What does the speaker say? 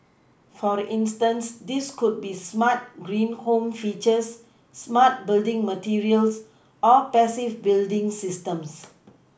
for instance these could be smart green home features smart building materials or passive building systems